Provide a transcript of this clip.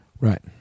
Right